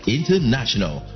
International